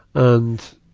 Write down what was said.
and,